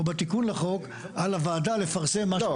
בתיקון לחוק על הוועדה לפרסם מה שמוצע לפרסם.